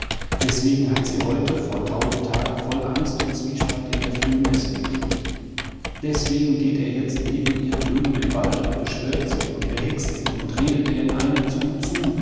deswegen hat sie heute vor tau und tag voll angst und zwiespalt in der frühmesse gekniet deswegen geht er jetzt neben ihr drüben im wald und beschwört sie und behext sie und redet ihr in einem zug zu